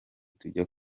tujya